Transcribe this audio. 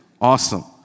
Awesome